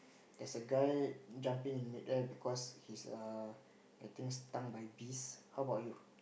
there's a guy jumping in mid air because he's err getting stung by bees how about you